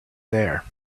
there